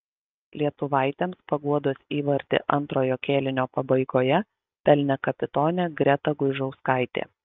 lietuvaitėms paguodos įvartį antrojo kėlinio pabaigoje pelnė kapitonė greta guižauskaitė